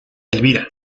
elvira